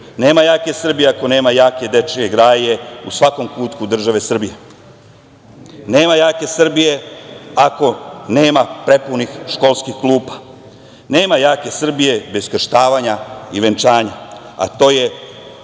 Nema jake Srbije ako nema jake dečije graje u svakom kutku države Srbije. Nema jake Srbije ako nema prepunih školskih klupa. Nema jake Srbije bez krštavanja i venčanja, a to je